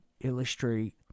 illustrate